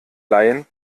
laien